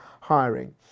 hiring